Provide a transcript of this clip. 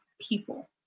people